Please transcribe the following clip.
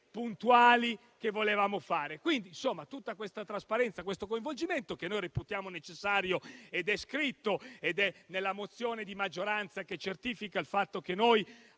puntuali che noi volevamo. Quindi, tutta questa trasparenza e questo coinvolgimento che noi reputiamo necessari e che sono scritti nella mozione di maggioranza, che certifica il fatto che il